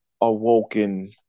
awoken